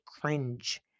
cringe